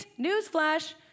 Newsflash